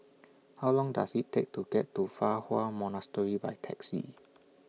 How Long Does IT Take to get to Fa Hua Monastery By Taxi